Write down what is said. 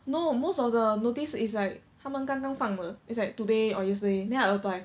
no most of the notice it's like 他们刚刚放的 it's like today or yesterday then I apply